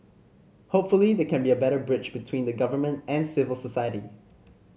hopefully there can be a better bridge between the government and civil society